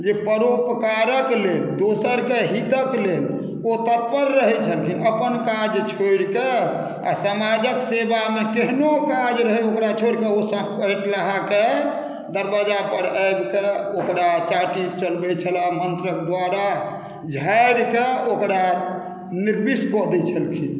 जे परोपकारक लेल दोसरके हितक लेल ओ तत्पर रहैत छलखिन अपन काज छोड़िके आ समाजक सेवामे केहनो काज रहै ओकरा छोड़िके ओ साँप कटलाहाके दरवाजापर आबिके ओकरा चाटी चलबैत छलाह मन्त्रक दुआरा झाड़िके ओकरा निर्विष कऽ दैत छलखिन